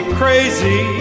crazy